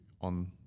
on